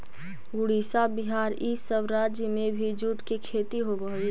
उड़ीसा, बिहार, इ सब राज्य में भी जूट के खेती होवऽ हई